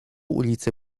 ulicy